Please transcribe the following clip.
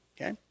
okay